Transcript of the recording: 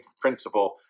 principle